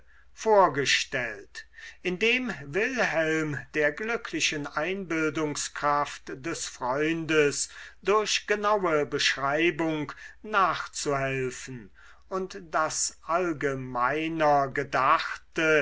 vorgestellt indem wilhelm der glücklichen einbildungskraft des freundes durch genaue beschreibung nachzuhelfen und das allgemeiner gedachte